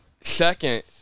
second